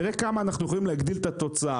תראה כמה אנחנו יכולים להגדיל את התוצר,